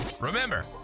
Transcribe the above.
Remember